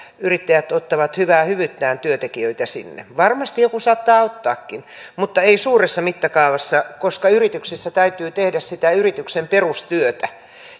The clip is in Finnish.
yrittäjät ottavat hyvää hyvyyttään työntekijöitä sinne varmasti joku saattaa ottaakin mutta ei suuressa mittakaavassa koska yrityksissä täytyy tehdä sitä yrityksen perustyötä